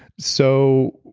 so,